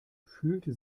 fühlte